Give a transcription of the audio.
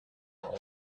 hole